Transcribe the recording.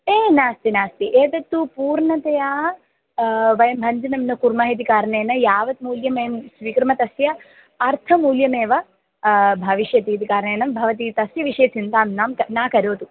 ए नास्ति नास्ति एतत्तु पूर्णतया वयं भञ्जनं न कुर्मः इति कारणेन यावत् मूल्यं वयं स्वीकुर्मः तस्य अर्थमूल्यमेव भविष्यति इति कारणेन भवती तस्य विषये चिन्तां मा न करोतु